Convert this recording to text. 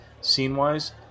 scene-wise